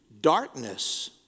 darkness